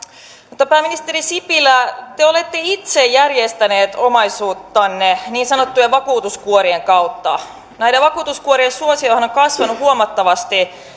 mutta pääministeri sipilä te olette itse järjestänyt omaisuuttanne niin sanottujen vakuutuskuorien kautta näiden vakuutuskuorien suosiohan on kasvanut huomattavasti